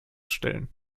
stellen